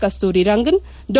ಕಸ್ತೂರಿ ರಂಗನ್ ಡಾ